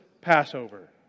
Passover